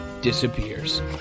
disappears